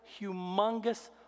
humongous